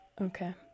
Okay